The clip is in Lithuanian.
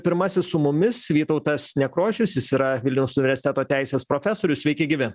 pirmasis su mumis vytautas nekrošius jis yra vilniaus universiteto teisės profesorius sveiki gyvi